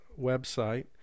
website